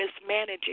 mismanaging